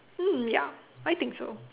mm yup I think so